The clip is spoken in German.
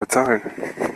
bezahlen